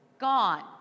gone